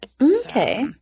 Okay